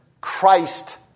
Christ